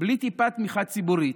בלי טיפה תמיכה ציבורית.